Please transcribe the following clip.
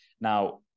Now